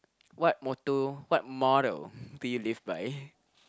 what motto what motto do you live by